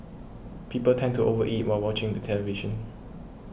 people tend to over eat while watching the television